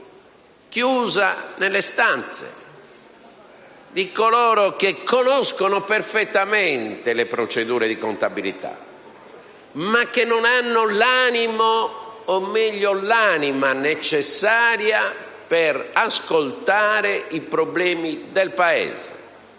chiusa nelle stanze di coloro che conoscono perfettamente le procedure di contabilità, ma che non hanno l'animo o, meglio, l'anima necessaria per ascoltare i problemi del Paese.